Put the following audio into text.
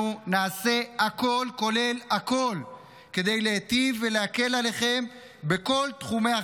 אנחנו נעשה הכול כולל הכול כדי להיטיב ולהקל עליכם בכל תחומי החיים.